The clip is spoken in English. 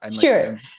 sure